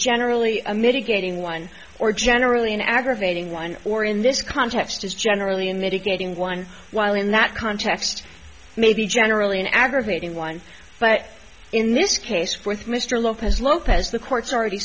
generally a mitigating one or generally an aggravating one or in this context is generally a mitigating one while in that context may be generally an aggravating one but in this case with mr lopez lopez the court's already